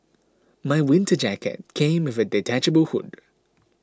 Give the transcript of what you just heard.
my winter jacket came with a detachable hood